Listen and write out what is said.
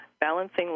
Balancing